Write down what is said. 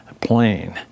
plane